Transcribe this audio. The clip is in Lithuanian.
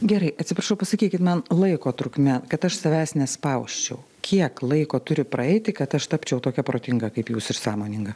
gerai atsiprašau pasakykit man laiko trukme kad aš savęs nespausčiau kiek laiko turi praeiti kad aš tapčiau tokia protinga kaip jūs ir sąmoninga